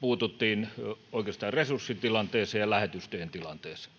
puututtiin oikeastaan resurssitilanteeseen ja lähetystöjen tilanteeseen